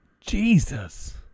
Jesus